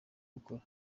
gukora